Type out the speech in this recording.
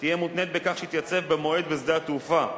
תהיה מותנית בכך שהתייצב במועד בשדה התעופה,